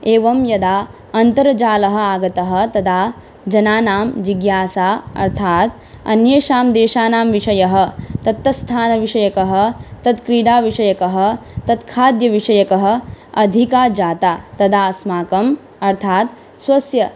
एवं यदा अन्तर्जालः आगतः तदा जनानां जिज्ञासा अर्थात् अन्येषां देशानां विषयः तत्तत्स्थानविषयकः तत् क्रीडाविषयकः तत् खाद्यविषयकः अधिका जाता तदा अस्माकम् अर्थात् स्वस्य